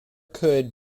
could